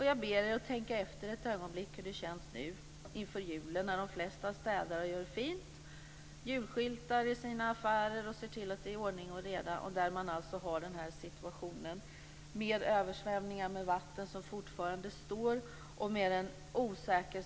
Jag ber er att tänka efter ett ögonblick på hur det känns nu inför julen. De flesta städar och gör fint. De julskyltar i sina affärer och ser till att det är ordning och reda. På vissa håll har man alltså denna situation med översvämningar och med vatten som fortfarande står högt.